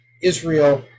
Israel